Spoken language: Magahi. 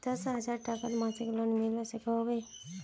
दस हजार टकार मासिक लोन मिलवा सकोहो होबे?